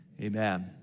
amen